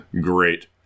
Great